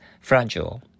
fragile